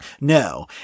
No